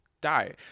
die